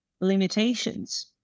limitations